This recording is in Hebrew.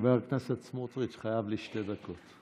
חבר הכנסת סמוטריץ' חייב לי שתי דקות.